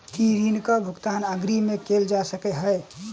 की ऋण कऽ भुगतान अग्रिम मे कैल जा सकै हय?